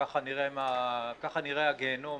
כך נראה הגיהינום